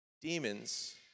demons